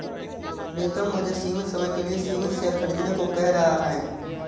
प्रितम मुझे सीमित समय के लिए सीमित शेयर खरीदने को कह रहा हैं